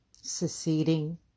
seceding